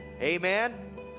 Amen